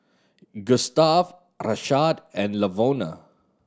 Gustave Rashaad and Lavona